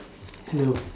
hello